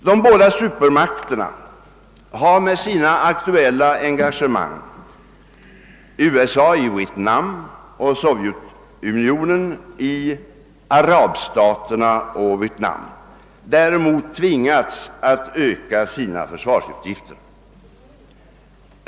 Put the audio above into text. De båda supermakterna har med sina aktuella engagemang — USA i Vietnam, Sovjetunionen i arabstaterna och Vietnam — däremot tvingats att öka sina försvarsutgifter.